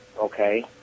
Okay